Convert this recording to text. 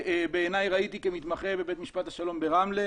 שבעיניי ראיתי כמתמחה בבית משפט השלום ברמלה,